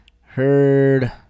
Heard